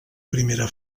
primera